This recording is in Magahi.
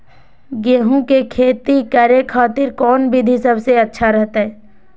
गेहूं के खेती करे खातिर कौन विधि सबसे अच्छा रहतय?